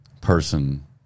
person